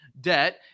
debt